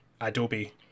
Adobe